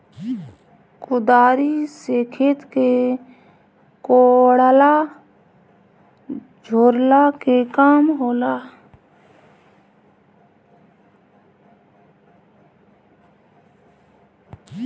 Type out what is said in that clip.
कुदारी से खेत के कोड़ला झोरला के काम होला